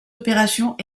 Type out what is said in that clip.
opérations